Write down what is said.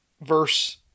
verse